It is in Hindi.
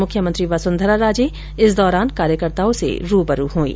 मुख्यमंत्री वसुंधरा राजे इस दौरान कार्यकर्ताओं से रुबरु हुईं